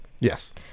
yes